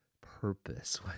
purpose